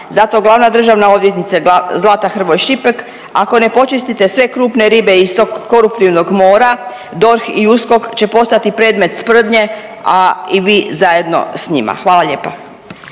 Zato glavna državna odvjetnice Zlata Hrvoj Šipek, ako ne počistite sve krupne ribe iz tog koruptivnog mora, DORH i USKOK će postati predmet sprnje, a i vi zajedno s njima. Hvala lijepa.